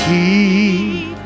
Keep